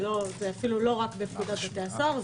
זה אפילו לא רק בפקודת בתי הסוהר,